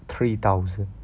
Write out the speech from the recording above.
three thousand